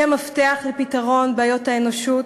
היא המפתח לפתרון בעיות האנושות,